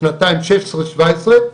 בשנתיים 2016-2017,